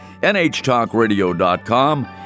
NHTalkRadio.com